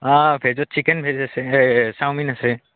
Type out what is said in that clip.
অ' ভেজত chicken veg আছে chowmein আছে